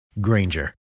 Granger